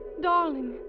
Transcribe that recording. darling